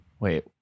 Wait